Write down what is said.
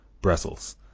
Brussels